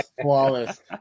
flawless